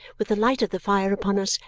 with the light of the fire upon us,